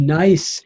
nice